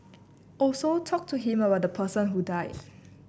also talk to him about the person who died